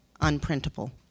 unprintable